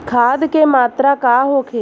खाध के मात्रा का होखे?